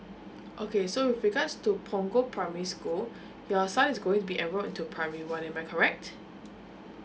okay so with regards to punggol primary school your son iS Going to be enroll into primary one am I correct